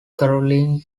caroline